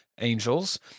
angels